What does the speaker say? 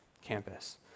Campus